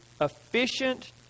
efficient